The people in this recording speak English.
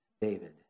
David